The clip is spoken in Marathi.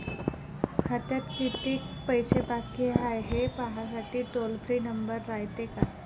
खात्यात कितीक पैसे बाकी हाय, हे पाहासाठी टोल फ्री नंबर रायते का?